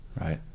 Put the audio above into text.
right